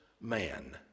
man